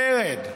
מרד.